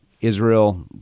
Israel